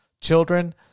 children